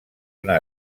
una